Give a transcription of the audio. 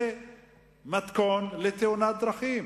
וזה מתכון לתאונת דרכים.